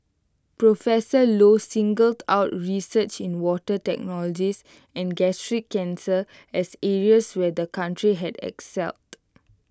professor low singled out research in water technologies and gastric cancer as areas where the country had excelled